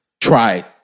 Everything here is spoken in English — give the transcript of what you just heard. Try